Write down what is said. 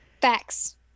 Facts